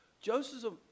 Joseph